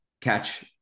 catch